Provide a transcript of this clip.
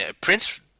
Prince